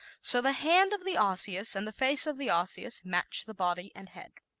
so the hand of the osseous and the face of the osseous match the body and head.